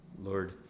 Lord